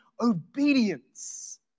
obedience